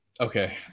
Okay